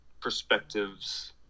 perspectives